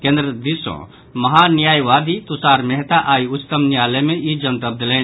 केन्द्र दिस सॅ महान्यायवादी तुषार मेहता आइ उच्चतम न्यायालय मे ई जनतब देलनि